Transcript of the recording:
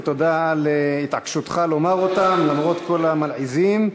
ותודה על התעקשותך לומר אותם למרות כל המלעיזים.